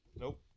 Nope